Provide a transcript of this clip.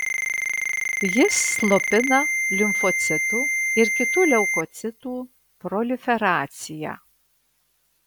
jis slopina limfocitų ir kitų leukocitų proliferaciją